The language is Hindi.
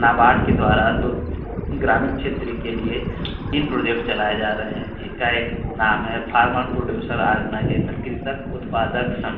नाबार्ड के द्वारा दो ग्रामीण क्षेत्र के लिए तीन प्रोजेक्ट चलाए जा रहे हैं जिनका एक नाम है फार्मर प्रोड्यूसर आर्गनाइजेसन कृषक उत्पादक संघ